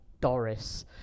Doris